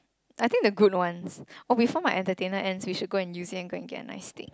I think the good ones oh before the entertainer ends we should go and use it and get a nice steak